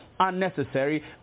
unnecessary